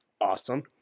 Awesome